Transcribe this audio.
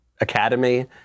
academy